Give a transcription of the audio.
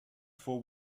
for